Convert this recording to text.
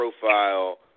profile